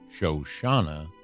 Shoshana